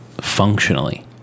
functionally